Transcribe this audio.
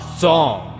song